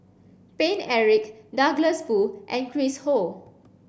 Paine Eric Douglas Foo and Chris Ho